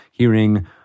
Hearing